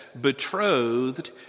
betrothed